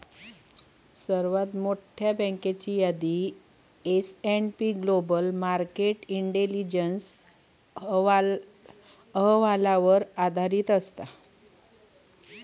सर्वात मोठयो बँकेची यादी S and P global market intelligence अहवालावर आधारित असत